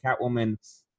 Catwoman